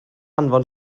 anfon